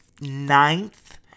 ninth